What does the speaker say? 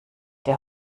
der